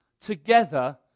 together